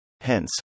Hence